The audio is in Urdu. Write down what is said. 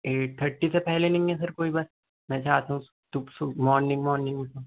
ایٹ تھرٹی سے پہلے نہیں ہے سر کوئی بس میں چاہتا ہوں مارننگ مارننگ میں